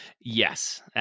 Yes